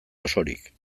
osorik